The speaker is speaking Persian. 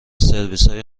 سرویسهای